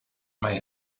may